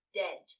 dead